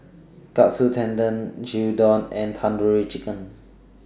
Katsu Tendon Gyudon and Tandoori Chicken